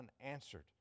unanswered